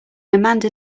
amanda